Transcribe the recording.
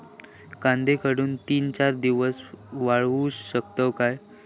कांदो काढुन ती चार दिवस वाळऊ शकतव काय?